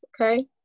okay